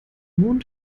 mond